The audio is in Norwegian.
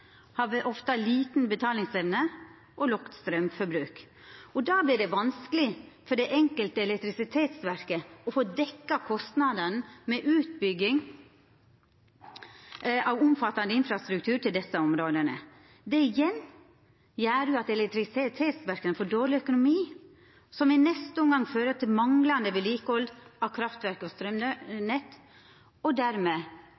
har ofte lita betalingsevne og lågt straumforbruk. Dette gjer det vanskeleg for det enkelte elektrisitetsverket å få dekt kostnadene ved utbygging av omfattande infrastruktur til desse områda. Dette igjen gjer at elektrisitetsverka får dårleg økonomi, som i neste omgang fører til manglande vedlikehald av kraftverk og